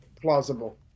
plausible